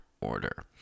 order